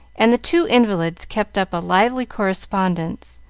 and the two invalids kept up a lively correspondence,